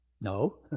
No